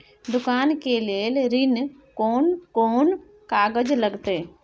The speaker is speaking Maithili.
दुकान के लेल ऋण कोन कौन कागज लगतै?